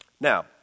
Now